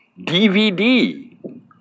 DVD